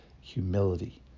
humility